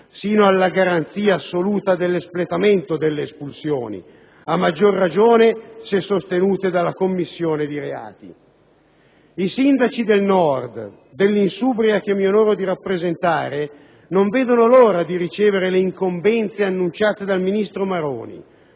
sino alla garanzia assoluta dell'espletamento delle espulsioni, a maggior ragione se sostenute dalla commissione di reati. I sindaci del Nord, dell'Insubria che mi onoro di rappresentare, non vedono l'ora di ricevere le incombenze annunciate dal ministro Maroni,